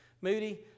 Moody